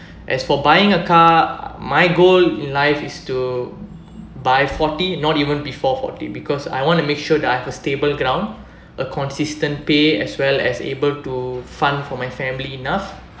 as for buying a car my goal in life is to by forty not even before forty because I want to make sure that I have a stable ground a consistent pay as well as able to fund for my family enough